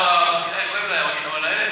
לְמה?